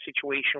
situation